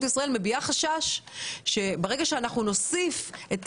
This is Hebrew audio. ישראל מביעה חשש שברגע שאנחנו נוסיף את